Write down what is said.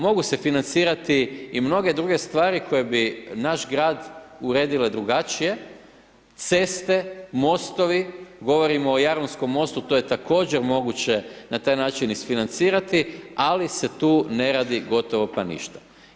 Mogu se financirati i mnoge druge stvari koje bi naš grad uredile drugačije, ceste, mostovi, govorimo o Jarunskom mostu, to je također moguće na taj način isfinancirati, ali se tu ne radi gotovo pa ništa.